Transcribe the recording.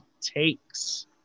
Takes